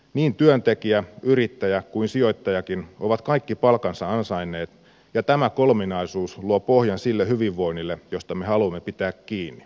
niin työntekijä yrittäjä kuin sijoittajakin ovat kaikki palkkansa ansainneet ja tämä kolminaisuus luo pohjan sille hyvinvoinnille josta me haluamme pitää kiinni